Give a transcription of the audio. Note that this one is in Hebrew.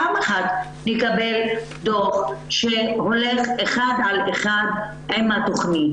פעם אחת נקבל דו"ח שהולך אחד על אחד עם התכנית.